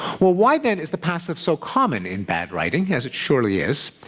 well, why then is the passive so common in bad writing, as it surely is?